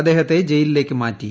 അദ്ദേഹത്തെ ജയിലിലേക്ക് മാറ്റി